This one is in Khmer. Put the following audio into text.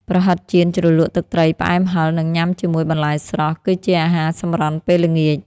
ប្រហិតចៀនជ្រលក់ទឹកត្រីផ្អែមហិរ និងញ៉ាំជាមួយបន្លែស្រស់ គឺជាអាហារសម្រន់ពេលល្ងាច។